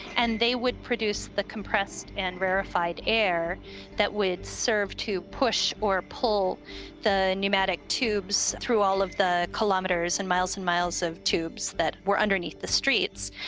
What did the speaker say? and they would produce the compressed and rarified air that would serve to push or pull the pneumatic tubes through all of the kilometers and miles and miles of tubes that were underneath the streets.